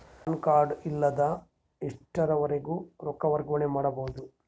PAN card ಇಲ್ಲದ ಎಷ್ಟರವರೆಗೂ ರೊಕ್ಕ ವರ್ಗಾವಣೆ ಮಾಡಬಹುದು?